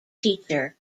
teacher